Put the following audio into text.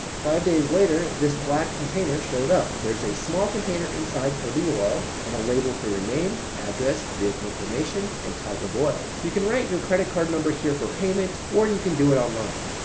five days later, this black container showed up. there's a small container inside for the oil and a label for your name, address, vehicle information, and type of oil. you can write your credit card number here for payment or you can do it online.